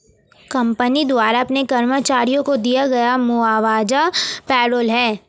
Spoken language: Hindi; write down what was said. कंपनी द्वारा अपने कर्मचारियों को दिया गया मुआवजा पेरोल है